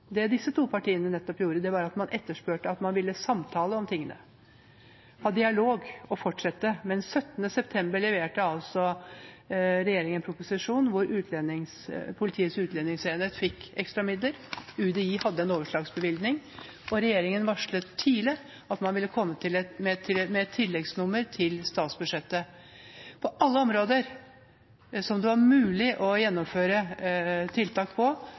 Det disse to partiene gjorde, var å etterspørre at man skulle samtale om tingene, ha dialog og fortsette. Men 18. september leverte regjeringen en proposisjon, hvor Politiets utlendingsenhet fikk ekstra midler. UDI hadde en overslagsbevilgning. Regjeringen varslet tidlig at man ville komme med et tilleggsnummer til statsbudsjettet. På alle områder som det var mulig å gjennomføre tiltak på,